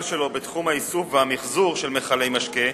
שלו בתחום האיסוף והמיחזור של מכלי משקה,